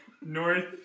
North